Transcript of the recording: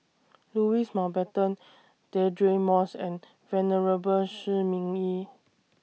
Louis Mountbatten Deirdre Moss and Venerable Shi Ming Yi